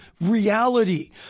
reality